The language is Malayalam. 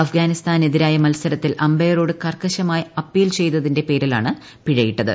അഫ്ഗാനിസ്ഥാനെതിരായ മത്സരത്തിൽ അമ്പയറോട് കർക്കശമായി അപ്പീൽ ചെയ്തതിന്റെ പേരിലാണ് പിഴയിട്ടത്